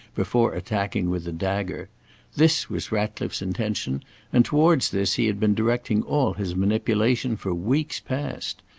before attacking with the dagger this was ratcliffe's intention and towards this he had been directing all his manipulation for weeks past.